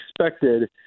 expected